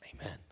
Amen